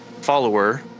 follower